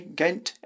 gent